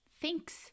thinks